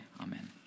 Amen